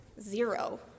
Zero